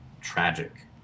tragic